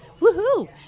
Woohoo